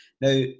Now